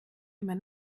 immer